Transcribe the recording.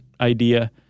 idea